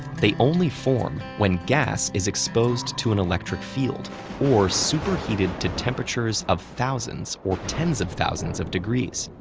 they only form when gas is exposed to an electric field or superheated to temperatures of thousands or tens of thousands of degrees.